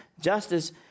justice